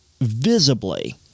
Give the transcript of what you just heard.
visibly